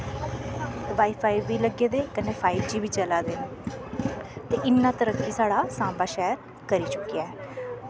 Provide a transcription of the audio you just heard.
wifi बी लग्गे दे कन्नै फाईव जी बी चला दे न ते इन्ना तरक्की साढ़ा सांबा शैह्र करी चुक्केआ ऐ